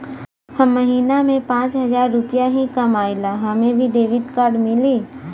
हम महीना में पाँच हजार रुपया ही कमाई ला हमे भी डेबिट कार्ड मिली?